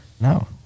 No